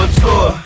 tour